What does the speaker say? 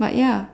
but ya